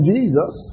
Jesus